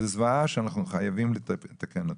זו זוועה שאנחנו חייבים לתקן אותה.